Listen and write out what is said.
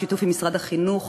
בשיתוף עם משרד החינוך,